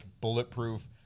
bulletproof